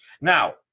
Now